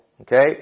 Okay